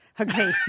Okay